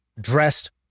dressed